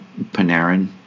Panarin